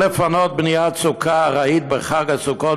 או לפנות בניית סוכה ארעית בחג הסוכות,